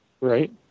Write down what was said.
right